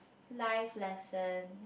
life lesson